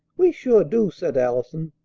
we sure do! said allison.